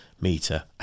meter